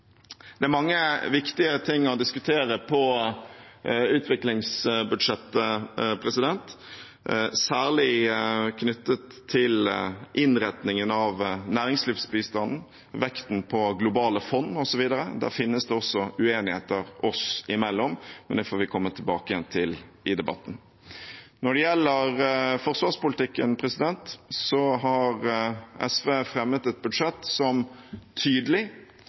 i svært mange land. Det er mange viktige ting å diskutere i utviklingsbudsjettet, særlig knyttet til innretningen av næringslivsbistanden, vekten på globale fond, osv. Der finnes det også uenigheter oss imellom, men det får vi komme tilbake til i debatten. Når det gjelder forsvarspolitikken, har SV fremmet et budsjett som tydelig